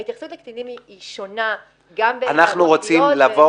ההתייחסות לקטינים היא שונה גם --- אנחנו רוצים לבוא